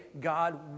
God